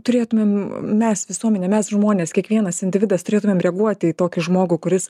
turėtumėm mes visuomenė mes žmonės kiekvienas individas turėtumėm reaguoti į tokį žmogų kuris